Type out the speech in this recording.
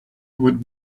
would